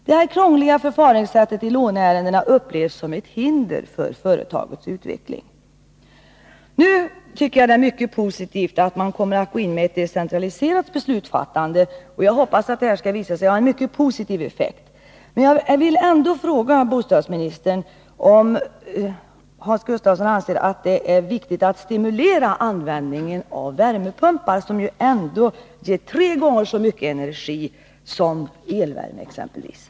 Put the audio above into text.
Det krångliga förfaringssättet i låneärendena upplevs som ett hinder för företagets utveckling. Jag tycker att det är positivt att regeringen kommer att föreslå ett decentraliserat beslutsfattande, och jag hoppas att det skall visa sig ha en gynnsam effekt. Men jag vill ändå fråga bostadsministern om han anser att 1 det är viktigt att stimulera användningen av värmepumpar, som ju ändå ger tre gånger så mycket energi som exempelvis elvärme.